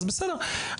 בסדר,